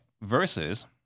Versus